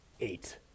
eight